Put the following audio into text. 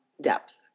depth